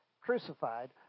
crucified